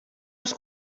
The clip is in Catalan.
els